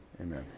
Amen